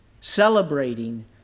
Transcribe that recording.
celebrating